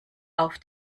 auf